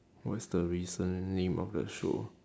what is the recent name of the show